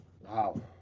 Wow